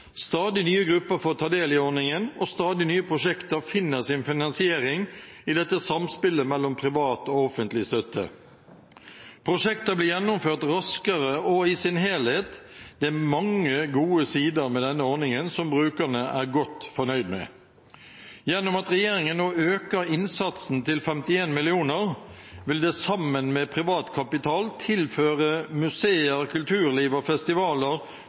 og stadig nye prosjekter finner sin finansiering i dette samspillet mellom privat og offentlig støtte. Prosjekter blir gjennomført raskere og i sin helhet. Det er mange gode sider med denne ordningen som brukerne er godt fornøyd med. Gjennom at regjeringen nå øker innsatsen til 51 mill. kr, vil det sammen med privat kapital tilføre museer, kulturliv og festivaler